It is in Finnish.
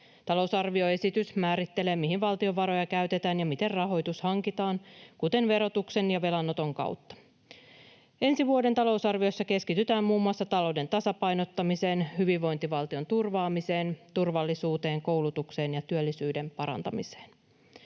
Talousarvioesitys määrittelee, mihin valtion varoja käytetään ja miten rahoitus hankitaan, kuten verotuksen ja velanoton kautta. Ensi vuoden talousarviossa keskitytään muun muassa talouden tasapainottamiseen, hyvinvointivaltion turvaamiseen, turvallisuuteen, koulutukseen ja työllisyyden parantamiseen.